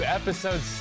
episode